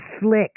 slick